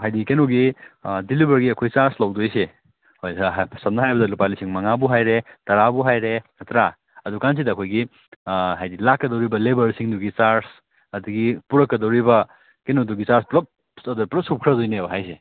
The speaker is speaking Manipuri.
ꯍꯥꯏꯗꯤ ꯀꯩꯅꯣꯒꯤ ꯗꯤꯂꯤꯕꯔꯒꯤ ꯑꯩꯈꯣꯏ ꯆꯥꯔꯖ ꯂꯧꯗꯣꯏꯁꯦ ꯁꯝꯅ ꯍꯥꯏꯔꯕꯗ ꯂꯨꯄꯥ ꯂꯤꯁꯤꯡ ꯃꯉꯥꯕꯨ ꯍꯥꯏꯔꯦ ꯇꯔꯥꯕꯨ ꯍꯥꯏꯔꯦ ꯅꯠꯇ꯭ꯔꯥ ꯑꯗꯨ ꯀꯥꯟꯁꯤꯗ ꯑꯩꯈꯣꯏꯒꯤ ꯍꯥꯏꯗꯤ ꯂꯥꯛꯀꯗꯧꯔꯤꯕ ꯂꯦꯕꯔꯁꯤꯡꯗꯨꯒꯤ ꯆꯥꯔꯖ ꯑꯗꯒꯤ ꯄꯨꯔꯛꯀꯗꯧꯔꯤꯕ ꯀꯩꯅꯣꯗꯨꯒꯤ ꯆꯥꯔꯖ ꯄꯨꯂꯞ ꯑꯗ ꯄꯨꯂꯞ ꯁꯨꯞꯈ꯭ꯔꯗꯣꯏꯅꯦꯕ ꯍꯥꯏꯁꯦ